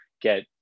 get